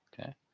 okay